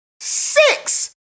six